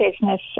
business